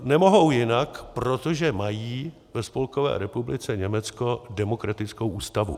Nemohou jinak, protože mají ve Spolkové republice Německo demokratickou ústavu.